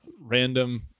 random